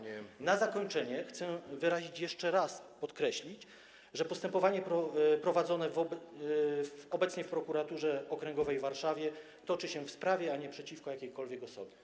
Na zakończenie chcę jeszcze raz podkreślić, że postępowanie prowadzone obecnie w Prokuraturze Okręgowej w Warszawie toczy się w sprawie, a nie przeciwko jakiejkolwiek osobie.